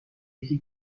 یکی